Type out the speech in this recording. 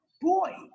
boy